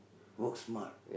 work smart